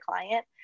client